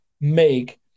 make